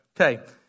Okay